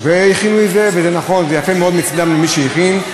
זה יפה מאוד מצד מי שהכין.